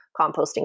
composting